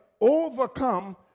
overcome